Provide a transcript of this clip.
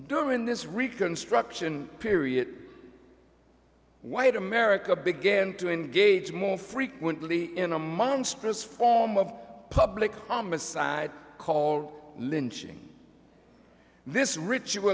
during this reconstruction period white america began to engage more frequently in a monstrous form of public homicide call lynching this ri